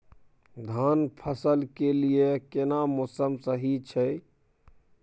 धान फसल के लिये केना मौसम सही छै?